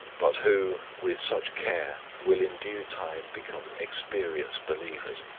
but who, with such care, will in due time become experienced believers,